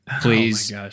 please